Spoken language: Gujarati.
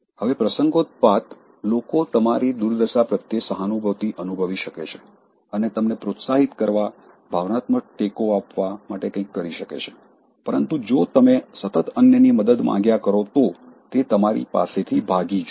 હવે પ્રસંગોત્પાત લોકો તમારી દુર્દશા પ્રત્યે સહાનુભૂતિ અનુભવી શકે છે અને તમને પ્રોત્સાહિત કરવા ભાવનાત્મક ટેકો આપવા માટે કંઈક કરી શકે છે પરંતુ જો તમે સતત અન્યની મદદ માંગ્યા કરો તો તે તમારી પાસેથી ભાગી જશે